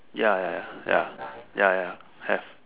ya ya ya ya ya ya have